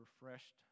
refreshed